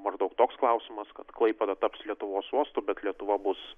maždaug toks klausimas kad klaipėda taps lietuvos uostu bet lietuva bus